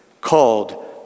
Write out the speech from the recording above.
called